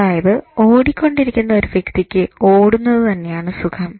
അതായത് ഓടിക്കൊണ്ടിരിക്കുന്ന ഒരു വ്യക്തിക്ക് ഓടാൻ തന്നെയാണ് സുഖം